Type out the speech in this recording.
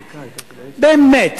באמת,